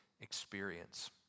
experience